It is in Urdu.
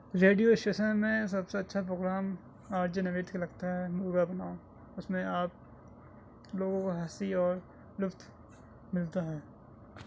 ریڈیو اسٹیشن میں سب سے اچھا پروگرام آر جے نوید کا لگتا ہے اُس میں آپ لوگوں کو ہنسی اور لُطف ملتا ہے